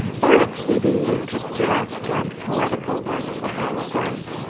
or exceedingly picturesque and poetical ones, at all events.